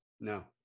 No